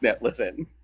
Listen